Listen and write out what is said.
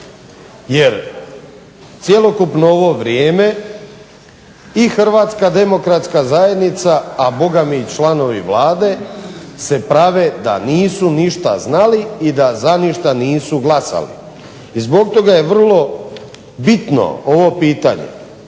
Jer cjelokupno ovo vrijeme i HDZ, a bogami i članovi Vlade se prave da nisu ništa znali i da za ništa nisu glasali. I zbog toga je vrlo bitno ovo pitanje.